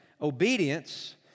obedience